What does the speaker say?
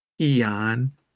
eon